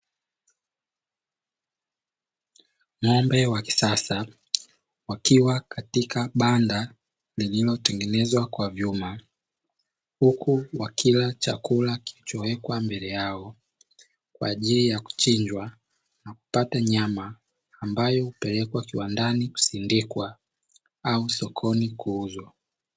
Ng'ombe wa kisasa wakiwa katika banda lililotengenezwa kwa vyuma, huku wakila chakula kilichowekwa mbele yao, kwa ajili ya kuchinjwa na kupata nyama, ambayo hupelekwa kiwandani kusindikwa au sokoni kuuzwa.